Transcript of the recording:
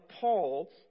Paul